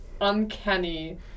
uncanny